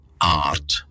art